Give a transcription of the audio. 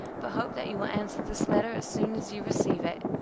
but hope that you will answer this letter as soon as you receive it,